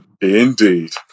Indeed